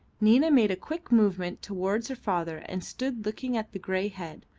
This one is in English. nina made a quick movement towards her father and stood looking at the grey head,